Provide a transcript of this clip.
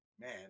Man